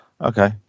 Okay